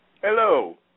Hello